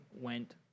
went